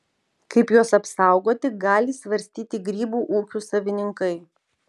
kaip juos apsaugoti gali svarstyti grybų ūkių savininkai